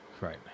Right